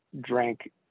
drank